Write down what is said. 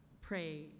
pray